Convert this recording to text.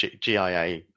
GIA